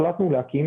החלטנו להקים